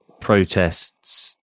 protests